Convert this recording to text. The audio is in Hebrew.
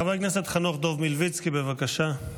חבר הכנסת חנוך דב מלביצקי, בבקשה.